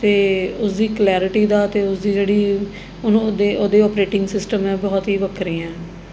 ਅਤੇ ਉਸਦੀ ਕਲੈਰਿਟੀ ਦਾ ਅਤੇ ਉਸਦੀ ਜਿਹੜੀ ਉਹਨੂੰ ਉਹਦੇ ਉਹਦੇ ਓਪਰੇਟਿੰਗ ਸਿਸਟਮ ਹੈ ਬਹੁਤ ਹੀ ਵੱਖਰੇ ਹੈ